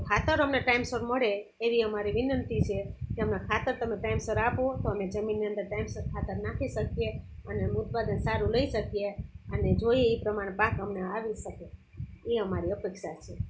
તો ખાતર અમે ટાઈમસર મળે એવી અમારી વિનંતી છે કે અમને ખાતર તમે ટાઈમસર આપો તો અમે જમીનની અંદર ટાઈમસર ખાતર નાખી શકીએ અને ઉત્પાદન સારું લઈ શકીએ અને જોઈ ઇ પ્રમાણે પાક અમને આવી શકે એ અમારી અપેક્ષા છે